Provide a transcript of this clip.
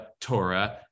Torah